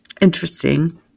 interesting